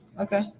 Okay